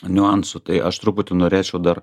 niuansų tai aš truputį norėčiau dar